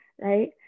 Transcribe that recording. Right